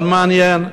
מאוד מעניין.